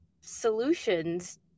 solutions